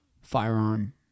firearm